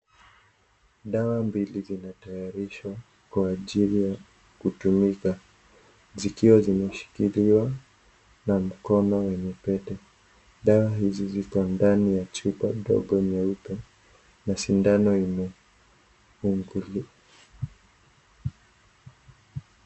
Dawa mbili zinatayarishwa kwa ajili ya kutumika, zikiwa zinashikiliwa na mkono wenye pete, dawa hizi ziko ndani ya chupa ndogo nyeupe na sindano imefunguliwa.